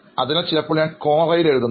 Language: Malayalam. അതിനാൽ ചിലപ്പോൾ ഞാൻ ക്വോറയിൽ എഴുതുന്നു